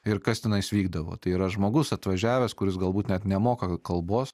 ir kas tenais vykdavo tai yra žmogus atvažiavęs kuris galbūt net nemoka kalbos